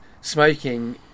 smoking